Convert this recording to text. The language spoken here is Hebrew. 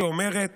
שאומרת